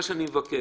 מה שאני מבקש: